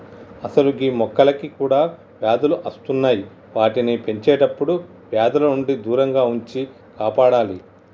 అసలు గీ మొక్కలకి కూడా వ్యాధులు అస్తున్నాయి వాటిని పెంచేటప్పుడు వ్యాధుల నుండి దూరంగా ఉంచి కాపాడాలి